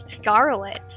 scarlet